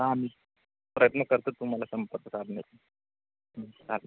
हां मी प्रयत्न करतो तुम्हाला संपर्क करण्याचा चालेल